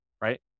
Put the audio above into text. right